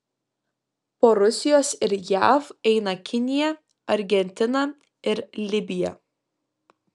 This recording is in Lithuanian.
po rusijos ir jav eina kinija argentina ir libija